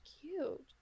cute